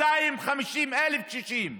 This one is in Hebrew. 250,000 קשישים.